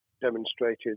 demonstrated